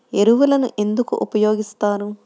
ఎరువులను ఎందుకు ఉపయోగిస్తారు?